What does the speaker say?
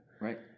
Right